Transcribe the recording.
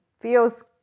feels